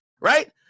right